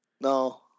No